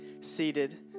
seated